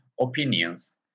opinions